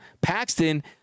Paxton